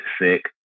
sick